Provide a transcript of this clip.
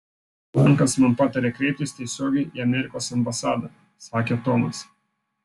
bankas man patarė kreiptis tiesiogiai į amerikos ambasadą sakė tomas